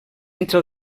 entre